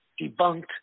debunked